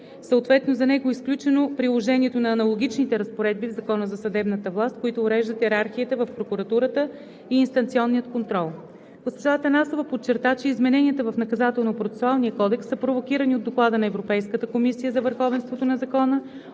Съответно за него е изключено приложението на аналогичните разпоредби в Закона за съдебната власт, които уреждат йерархията в прокуратурата и инстанционния контрол. Госпожа Атанасова подчерта, че измененията в Наказателно-процесуалния кодекс са провокирани от Доклада на Европейската комисия за върховенството на закона